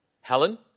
Helen